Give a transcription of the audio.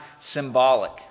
symbolic